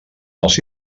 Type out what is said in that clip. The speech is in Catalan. els